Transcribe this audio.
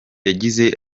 yagize